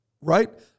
right